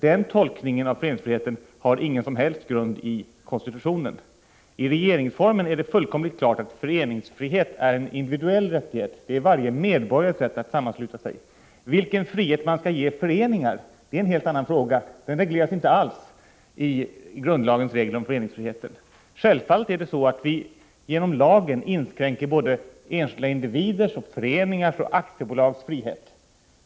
Den tolkningen av föreningsfriheten har ingen som helst grund i konstitutionen. I regeringsformen är det fullkomligt klart att föreningsfrihet är en individuell rättighet; den gäller alla medborgares rätt att sammansluta sig. Vilken frihet man skall ge föreningar är en helt annan fråga. Den regleras inte alls i grundlagens regler om föreningsfrihet. Självfallet inskränker vi genom lagen både enskilda individers, föreningars och aktiebolags frihet.